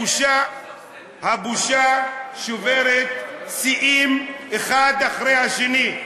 הבושה שוברת שיאים, אחד אחרי השני.